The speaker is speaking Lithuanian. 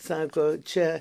sako čia